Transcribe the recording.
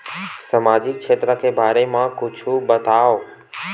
सामजिक क्षेत्र के बारे मा कुछु बतावव?